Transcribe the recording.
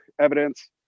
evidence